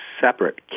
separate